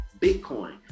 bitcoin